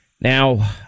Now